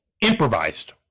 improvised